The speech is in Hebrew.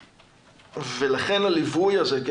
לכן הליווי הזה,